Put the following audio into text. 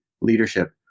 Leadership